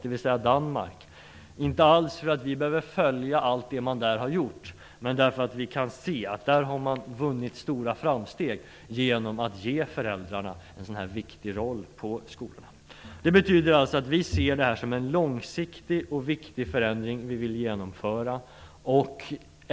Det är inte alls så att vi behöver följa allt som man där har gjort, men vi kan se att man där har vunnit stora framsteg genom att ge föräldrarna en sådan här viktig roll i skolorna. Vi ser alltså det här som en långsiktig och viktig förändring som vi vill genomföra.